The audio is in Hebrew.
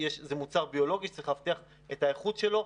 זה מוצר ביולוגי, וצריך לאבטח את האיכות שלו.